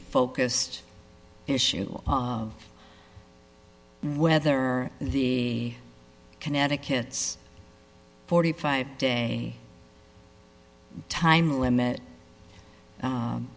focused issue of whether the connecticut's forty five day time limit